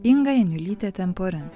inga janiulytė temporen